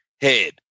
head